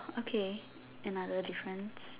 okay another difference